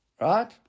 Right